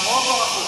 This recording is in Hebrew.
חבר הכנסת זוהר.